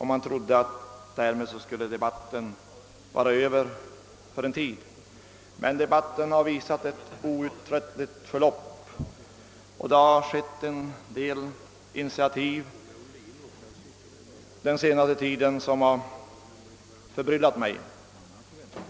Man trodde att debatten därmed skulle vara över för en tid. Debatten har emellertid visat sig vara outtröttlig, och en del nya initiativ som tagits under den senaste tiden har förbryllat mig något.